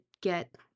get